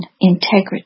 integrity